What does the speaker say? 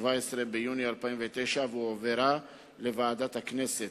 17 ביוני 2009, והועברה לוועדת הכנסת.